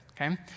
okay